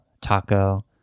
taco